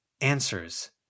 Answers